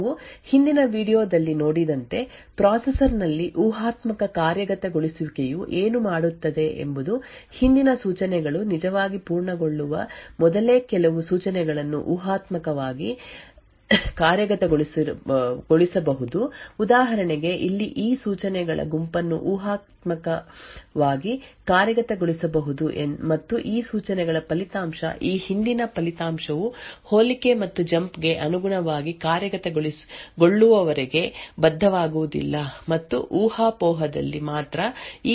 ನಾವು ಹಿಂದಿನ ವೀಡಿಯೊ ದಲ್ಲಿ ನೋಡಿದಂತೆ ಪ್ರೊಸೆಸರ್ ನಲ್ಲಿ ಊಹಾತ್ಮಕ ಕಾರ್ಯಗತಗೊಳಿಸುವಿಕೆಯು ಏನು ಮಾಡುತ್ತದೆ ಎಂಬುದು ಹಿಂದಿನ ಸೂಚನೆಗಳು ನಿಜವಾಗಿ ಪೂರ್ಣಗೊಳ್ಳುವ ಮೊದಲೇ ಕೆಲವು ಸೂಚನೆಗಳನ್ನು ಊಹಾತ್ಮಕವಾಗಿ ಕಾರ್ಯಗತಗೊಳಿಸಬಹುದು ಉದಾಹರಣೆಗೆ ಇಲ್ಲಿ ಈ ಸೂಚನೆಗಳ ಗುಂಪನ್ನು ಊಹಾತ್ಮಕವಾಗಿ ಕಾರ್ಯಗತಗೊಳಿಸಬಹುದು ಮತ್ತು ಈ ಸೂಚನೆಗಳ ಫಲಿತಾಂಶ ಈ ಹಿಂದಿನ ಫಲಿತಾಂಶವು ಹೋಲಿಕೆ ಮತ್ತು ಜಂಪ್ ಗೆ ಅನುಗುಣವಾಗಿ ಕಾರ್ಯಗತಗೊಳ್ಳುವವರೆಗೆ ಬದ್ಧವಾಗುವುದಿಲ್ಲ ಮತ್ತು ಊಹಾಪೋಹದಲ್ಲಿ ಮಾತ್ರ ಈ ಸೂಚನೆಗಳು ಬದ್ಧವಾಗಿರುತ್ತವೆ